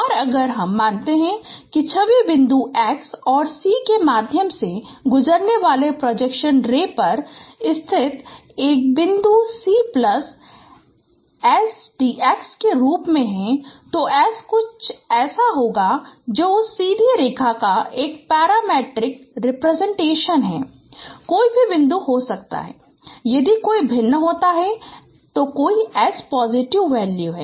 और अगर हम मानते हैं छवि बिंदु x और C के माध्यम से गुजरने वाले प्रोजेक्शन रे पर स्थित एक बिंदु C plus s d x के रूप में तो s कुछ ऐसा है जो उस सीधी रेखा का एक पैरामीट्रिक रिप्रजेंटेशन है कोई भी बिंदु हो सकता है यदि कोई भिन्न होता है s कोई पॉजिटिव वैल्यू है